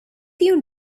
you